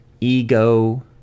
ego